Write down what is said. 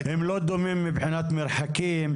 הם לא דומים מבחינת מרחקים.